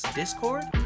discord